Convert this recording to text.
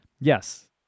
yes